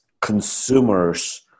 consumers